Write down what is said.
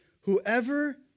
whoever